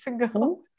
ago